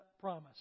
promise